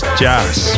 jazz